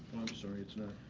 i'm sorry, it's not.